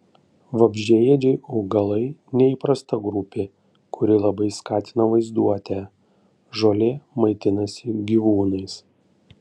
vabzdžiaėdžiai augalai neįprasta grupė kuri labai skatina vaizduotę žolė maitinasi gyvūnais